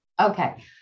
okay